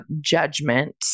judgment